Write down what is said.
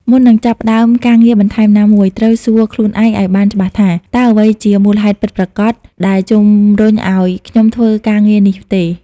មុននឹងចាប់ផ្តើមការងារបន្ថែមណាមួយ ត្រូវសួរខ្លួនឯងឱ្យបានច្បាស់ថា តើអ្វីជាមូលហេតុពិតប្រាកដដែលជំរុញឱ្យខ្ញុំធ្វើការងារនេះទេ។